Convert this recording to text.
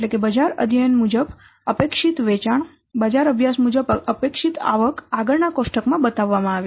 બજાર અધ્યયન મુજબ અપેક્ષિત વેચાણ બજાર અભ્યાસ મુજબ અપેક્ષિત આવક આગળ ના કોષ્ટક માં બતાવવામાં આવી છે